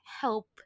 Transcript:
help